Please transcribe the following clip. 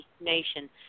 nation